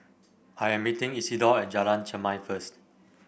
I am meeting Isidor at Jalan Chermai first